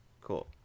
cool